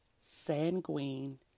sanguine